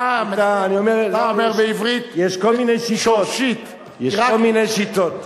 יש כל מיני שיטות.